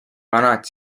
vanad